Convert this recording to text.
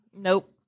Nope